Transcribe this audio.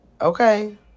okay